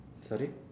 sorry